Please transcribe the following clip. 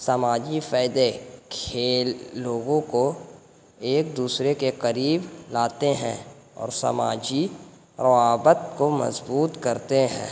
سماجی فائدے کھیل لوگوں کو ایک دوسرے کے قریب لاتے ہیں اور سماجی روابط کو مضبوط کرتے ہیں